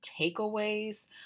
takeaways